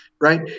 right